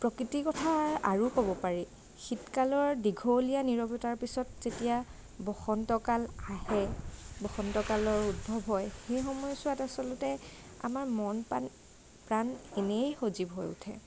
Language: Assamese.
প্ৰকৃতিৰ কথা আৰু ক'ব পাৰি শীতকালৰ দীঘলীয়া নিৰৱতাৰ পিছত যেতিয়া বসন্তকাল আহে বসন্তকালৰ উদ্ভৱ হয় সেই সময়চোৱাত আচলতে আমাৰ মন পাণ প্ৰাণ এনেই সজীৱ হৈ উঠে